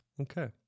Okay